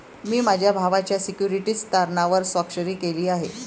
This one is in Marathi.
मी माझ्या भावाच्या सिक्युरिटीज तारणावर स्वाक्षरी केली आहे